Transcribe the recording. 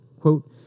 quote